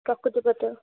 ପ୍ରକୃତି ପ୍ରତ୍ୟୟ